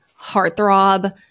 heartthrob